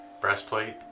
breastplate